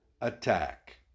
attack